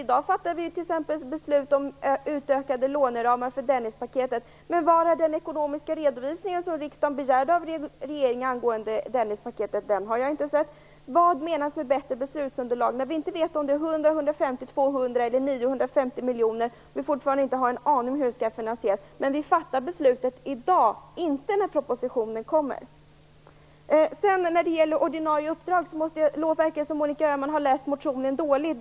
I dag diskuterar vi t.ex. beslut om utökade låneramar för Dennispaketet, men var är den ekonomiska redovisning som riksdagen begärde av regeringen angående Dennispaketet? Den har jag inte sett. Vad menas med "bättre beslutsunderlag" när vi inte vet om det är fråga om 100, 150, 200 eller 950 miljoner och vi fortfarande inte har en aning om hur dessa skall finansieras? Vi skall ändå fatta beslutet nu, inte när propositionen kommer. När det sedan gäller det ordinarie uppdraget verkar det som om Monica Öhman har läst motionen dåligt.